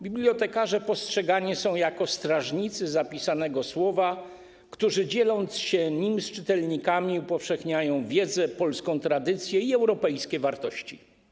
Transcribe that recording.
Bibliotekarze postrzegani są jako strażnicy zapisanego słowa, którzy, dzieląc się nim z czytelnikami, upowszechniają wiedzą, polską tradycję i europejskie wartości.